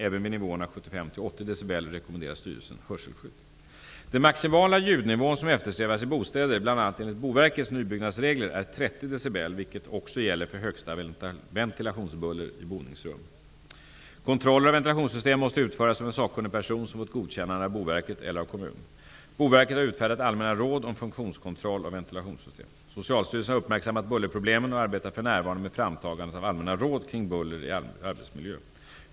Även vid nivåerna 75--80 Den maximala ljudnivån som eftersträvas i bostäder bl.a. enligt Boverkets nybyggnadsregler är 30 decibel, vilket också gäller för högsta ventilationsbuller i boningsrum. Kontroller av ventilationssystem måste utföras av en sakkunnig person som fått godkännande av Boverket eller av kommunen. Boverket har utfärdat allmänna råd Socialstyrelsen har uppmärksammat bullerproblemen och arbetar för närvarande med framtagandet av Allmänna råd kring buller i arbetsmiljö.